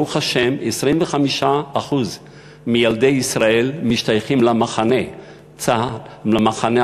ברוך השם, 25% מילדי ישראל משתייכים למחנה החרדי.